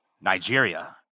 Nigeria